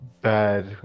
bad